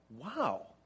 wow